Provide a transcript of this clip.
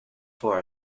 for